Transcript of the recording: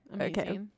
okay